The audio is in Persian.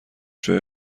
جای